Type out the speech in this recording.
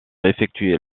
effectuer